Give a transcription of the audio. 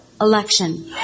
election